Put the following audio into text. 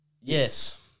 Yes